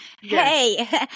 Hey